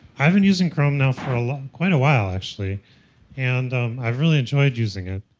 i've been using chrome now for ah quite a while actually and i've really enjoyed using it.